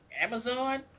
Amazon